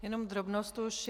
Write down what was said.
Jenom drobnost už.